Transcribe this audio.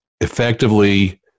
effectively